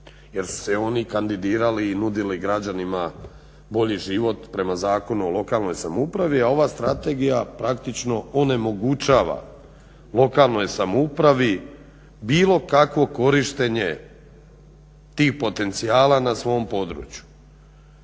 jer su se oni kandidirali i nudili građanima bolji život prema Zakonu o lokalnoj samoupravi a ova strategija praktično onemogućava lokalnoj samoupravi bilo kakvo korištenje tih potencijala na svom području.